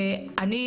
ואני,